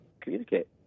communicate